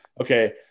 okay